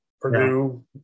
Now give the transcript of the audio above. Purdue